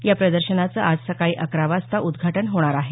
या प्रदर्शनाचं आज सकाळी अकरा वाजता उद्घाटन होणार आहे